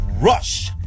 Rush